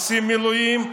עושים מילואים,